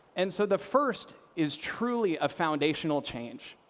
and so the first is truly a foundational change.